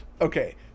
okay